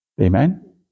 Amen